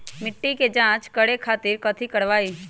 मिट्टी के जाँच करे खातिर कैथी करवाई?